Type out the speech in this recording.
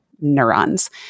neurons